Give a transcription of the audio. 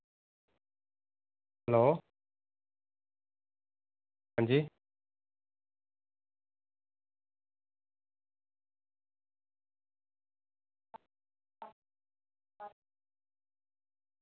hello आं जी